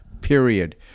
period